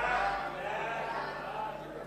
סעיף 4,